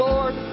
Lord